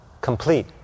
complete